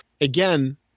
again